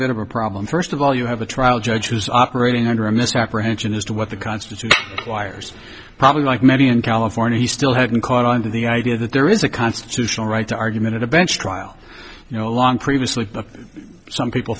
bit of a problem first of all you have a trial judge who is operating under a misapprehension as to what the constitution wires probably like many in california he still haven't caught on to the idea that there is a constitutional right to argument a bench trial you know along previously some people